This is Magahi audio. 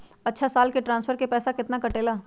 अछा साल मे ट्रांसफर के पैसा केतना कटेला?